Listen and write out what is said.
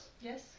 Yes